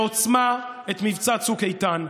בעוצמה, את מבצע צוק איתן.